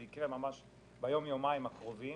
זה יקרה ממש ביום-יומיים הקרובים